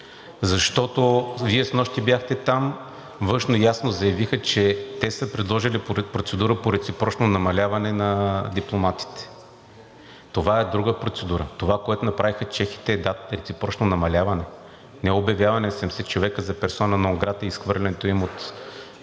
Защото Вие снощи бяхте там – от Външно ясно заявиха, че те са предложили процедура по реципрочно намаляване на дипломатите. Това е друга процедура. Онова, което направиха чехите, е реципрочно намаляване – не обявяване на 70 човека за персона нон грата и изхвърлянето им. (Реплика от